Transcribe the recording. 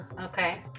okay